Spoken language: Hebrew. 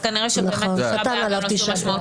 אז כנראה שבאמת תשעה באב אין לו משמעות.